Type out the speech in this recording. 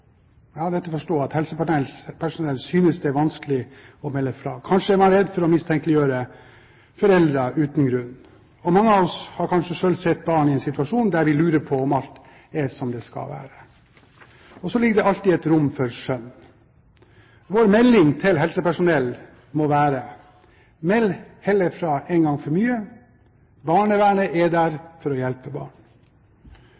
at helsepersonell synes det er vanskelig å melde fra. Kanskje er man redd for å mistenkeliggjøre foreldre uten grunn. Mange av oss har kanskje selv sett barn i en situasjon der vi lurer på om alt er som det skal være. Og så ligger det alltid et rom for skjønn der. Vår melding til helsepersonell må være: Meld heller fra én gang for mye – barnevernet er der